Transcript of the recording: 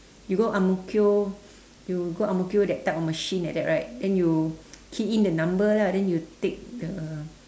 you go ang-mo-kio you go ang-mo-kio that type of machine like that right then you key in the number lah then you take the